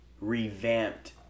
revamped